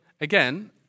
again